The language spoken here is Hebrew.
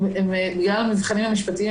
בגלל המבחנים המשפטיים,